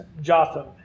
Jotham